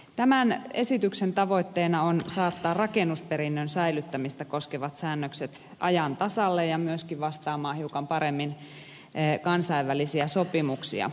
tämän esityksen tavoitteena on saattaa rakennusperinnön säilyttämistä koskevat säännökset ajan tasalle ja myöskin vastaamaan hiukan paremmin kansainvälisiä sopimuksia